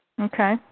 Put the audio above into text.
Okay